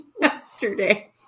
yesterday